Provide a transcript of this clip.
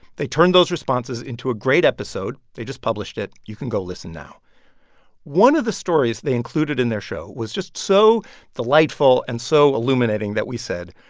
they turned those responses into a great episode. they just published it. you can go listen now one of the stories they included in their show was just so delightful and so illuminating that we said,